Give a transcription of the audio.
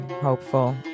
hopeful